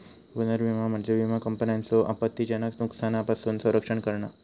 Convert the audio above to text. पुनर्विमा म्हणजे विमा कंपन्यांचो आपत्तीजनक नुकसानापासून संरक्षण करणा